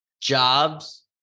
jobs